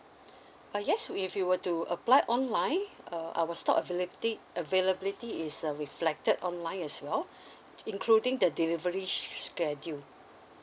uh yes if you were to apply online uh our stock availability availability is uh reflected online as well including the delivery schedule